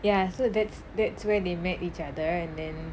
ya so that's that's where they met each other and then